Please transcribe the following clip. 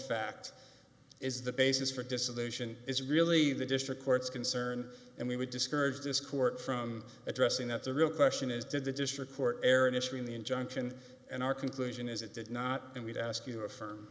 fact is the basis for dissolution is really the district court's concern and we would discourage this court from addressing that the real question is did the district court err in issuing the injunction and our conclusion is it did not and we'd ask you re